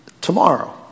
tomorrow